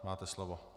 Máte slovo.